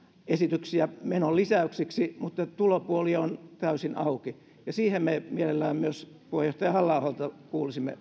esityksiä menolisäyksiksi mutta tulopuoli on täysin auki siihen me mielellämme myös puheenjohtaja halla aholta kuulisimme